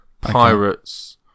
Pirates